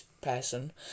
person